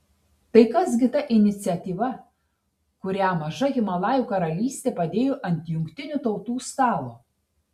tai kas gi ta iniciatyva kurią maža himalajų karalystė padėjo ant jungtinių tautų stalo